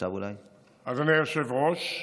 אדוני היושב-ראש,